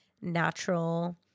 natural